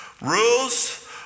Rules